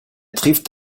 trifft